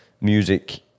Music